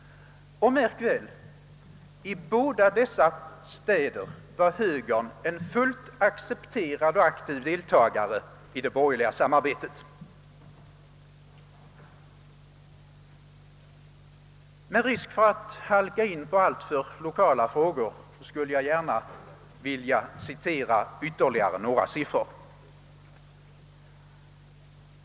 Och, märk väl, i båda dessa städer var högern en fullt accepterad och aktiv deltagare i det borgerliga samarbetet. Med risk för att halka in på alltför lokala frågor skulle jag gärna vilja anföra ytterligare några siffror i detta sammanhang.